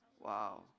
Wow